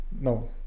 no